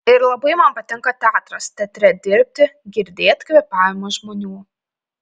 ir labai man patinka teatras teatre dirbti girdėt kvėpavimą žmonių